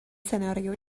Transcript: سناریو